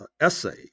essay